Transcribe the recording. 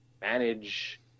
manage